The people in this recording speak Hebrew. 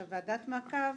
ועדת מעקב